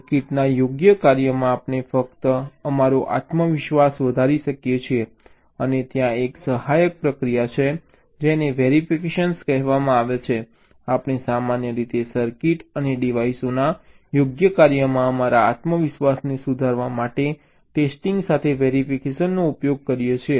સર્કિટના યોગ્ય કાર્યમાં આપણે ફક્ત અમારો આત્મવિશ્વાસ વધારી શકીએ છીએ અને ત્યાં એક સહાયક પ્રક્રિયા છે જેને વેરિફિકેશન કહેવામાં આવે છે આપણે સામાન્ય રીતે સર્કિટ અને ડિવાઇસોના યોગ્ય કાર્યમાં અમારા આત્મવિશ્વાસને સુધારવા માટે ટેસ્ટિંગ સાથે વેરિફિકેશનનો ઉપયોગ કરીએ છીએ